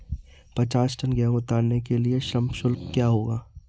पचास टन गेहूँ उतारने के लिए श्रम शुल्क क्या होगा?